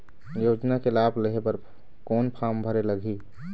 योजना के लाभ लेहे बर कोन फार्म भरे लगही?